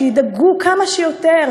שידאגו כמה שיותר,